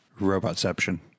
Robotception